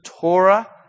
Torah